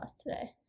today